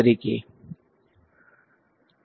વિદ્યાર્થી તો કોઓર્ડિનેટની પોઝીશન પર કઈંક વેલ્યુ છે